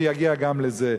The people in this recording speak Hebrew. הוא יגיע גם לזה,